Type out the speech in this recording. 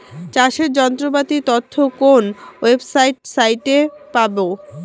চাষের যন্ত্রপাতির তথ্য কোন ওয়েবসাইট সাইটে পাব?